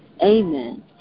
Amen